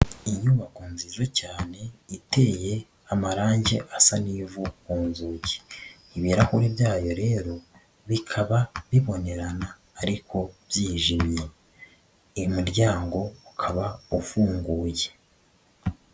Inyubako nziza cyane iteye amarangi asa n'ivu ku nzugi, ibirahuri byayo rero bikaba bibonerana ariko byijimye umuryango ukaba ufunguye.